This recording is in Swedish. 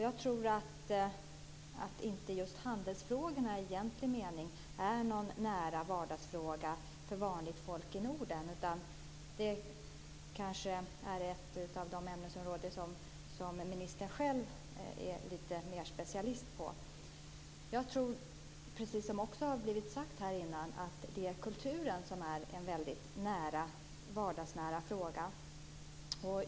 Jag tror inte att just handelsfrågorna i egentlig mening är någon nära vardagsfråga för vanligt folk i Norden. Det kanske är ett av de ämnesområden som ministern själv är litet mer specialist på. Jag tror däremot, precis som har blivit sagt här, att kulturen är en väldigt vardagsnära fråga.